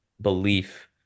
belief